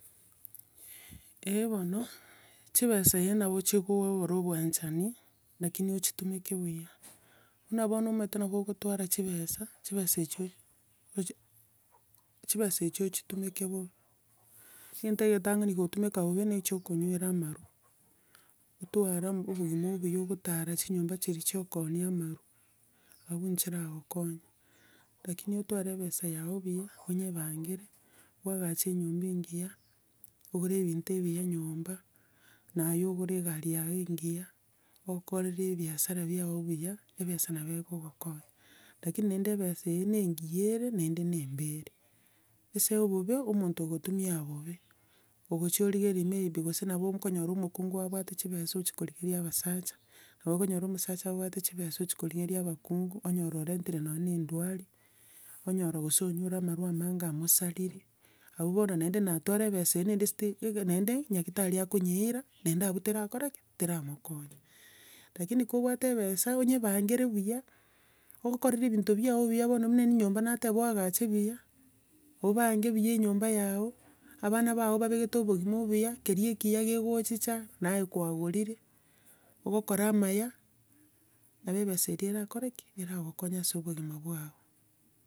Eh bono, chibesa eh nabo chikogora obwanchani, lakini ochitomeke buya buna bono omanyete nabo ogotwara chibesa, chibesa echio ochi chibesa echio ochitumeke bobe. Egento egetang'ani gogotumeka bobe nechia okonywera amarwa, otware ama- obogima obuya ogotara chinyomba chiria chia okoonia amarwa, abwo nchirakokonya, lakini otware ebesa yago buya, onyebangere bwagache enyomba engiya, ogore ebinto ebiya nyomba, naye ogore egari yago engiya, okorere ebiasara biago buya, ebesa nabo ekokokonya. Lakini naende ebesa eye na engiya ere naende na embe ere. Ase obobe, omonto ogotumia bobe, ogochia origereiri maybe gose nabo nkonyora omokungu abwate chibesa ochia korigeria abasacha, nabo okonyora omosacha abwate chibesa ochia korigeria abakungu, onyora orentire nonya na endwari, onyora gose onyure amarwa amange amosaririre. Abwa bono naende na atwara ebesa eria naende esiti iga naende, nyagetari akonyeira, naende abwo terakora ki? Tera mokonya. Lakini ka obwate ebesa onyebangere buya, ogokorera ebinto biago buya bono na enyomba nateba oagache buya obange buya enyomba yago, abana bago obabegete obogima obuya, keria ekiya kegochicha, naye kwagorire ogokora amaya nabo ebesa eria eragokore ki? Eragokonye ase obogima bwao.